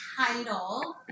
title